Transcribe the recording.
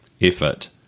Effort